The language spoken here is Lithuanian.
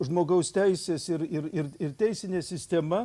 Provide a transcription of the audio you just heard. žmogaus teisės ir ir ir ir teisinė sistema